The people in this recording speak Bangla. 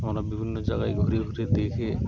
আমরা বিভিন্ন জায়গায় ঘুরে ঘুরে দেখে